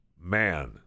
man